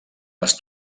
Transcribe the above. les